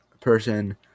person